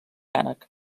ànec